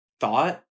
thought